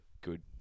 good